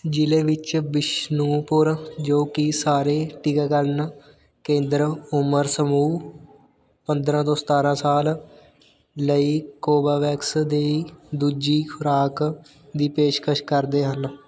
ਜ਼ਿਲ੍ਹੇ ਵਿੱਚ ਬਿਸ਼ਨੂਪੁਰ ਜੋ ਕਿ ਸਾਰੇ ਟੀਕਾਕਰਨ ਕੇਂਦਰ ਉਮਰ ਸਮੂਹ ਪੰਦਰਾਂ ਤੋਂ ਸਤਾਰਾਂ ਸਾਲ ਲਈ ਕੋਵਾਵੈਕਸ ਦੀ ਦੂਜੀ ਖੁਰਾਕ ਦੀ ਪੇਸ਼ਕਸ਼ ਕਰਦੇ ਹਨ